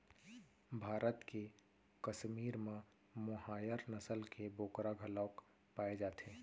भारत के कस्मीर म मोहायर नसल के बोकरा घलोक पाए जाथे